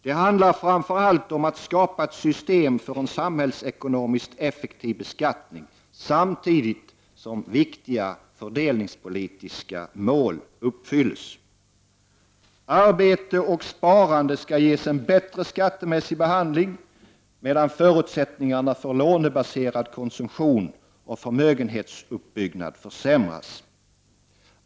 Det handlar framför allt om att skapa ett system för en samhällsekonomiskt effektiv beskattning, samtidigt som viktiga fördelningspolitiska mål uppfylles. Arbete och sparande skall ges en bättre skattemässig behandling, medan förutsättningarna för lånebaserad konsumtion och förmögenhetsuppbyggnad försämras.